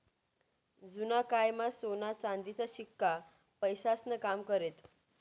जुना कायमा सोना चांदीचा शिक्का पैसास्नं काम करेत